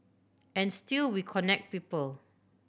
and still we connect people